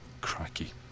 cracky